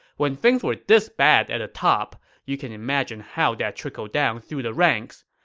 when things were this bad at the top, you can imagine how that trickled down through the ranks.